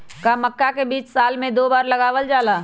का मक्का के बीज साल में दो बार लगावल जला?